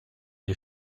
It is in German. die